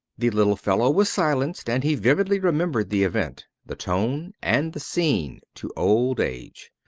the little fellow was silenced, and he vividly remembered the event, the tone, and the scene, to old age.